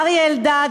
אריה אלדד,